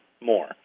more